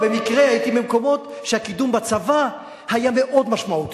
במקרה הייתי במקומות שהקידום בצבא היה מאוד משמעותי,